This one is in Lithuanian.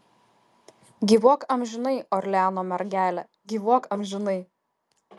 gyvuok amžinai orleano mergele gyvuok amžinai